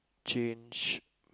change